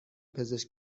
پزشک